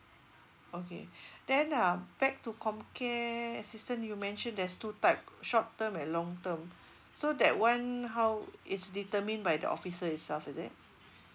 okay then uh back to comm care assistant you mentioned there's two type short term and long term so that one how is determined by the officer itself is it